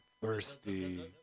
Thirsty